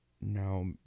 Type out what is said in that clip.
now